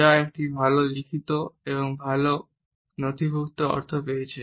যা একটি ভাল লিখিত এবং ভাল নথিভুক্ত অর্থ পেয়েছে